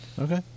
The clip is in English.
Okay